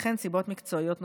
וכן סיבות מקצועיות נוספות.